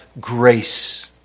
grace